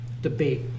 debate